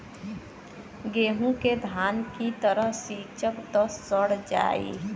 गेंहू के धान की तरह सींचब त सड़ जाई